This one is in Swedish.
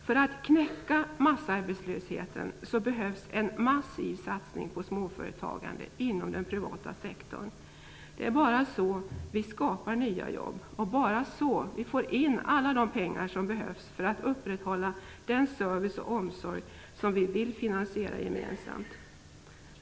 För att knäcka massarbetslösheten behövs en massiv satsning på småföretagandet inom den privata sektorn. Det är bara så vi kan skapa nya jobb. Det är bara så vi kan få in alla de pengar som behövs för att upprätthålla den service och omsorg som vi vill finansiera gemensamt.